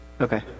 Okay